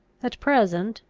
at present,